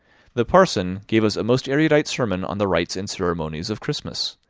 the parson gave us a most erudite sermon on the rites and ceremonies of christmas,